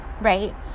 right